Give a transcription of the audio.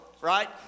right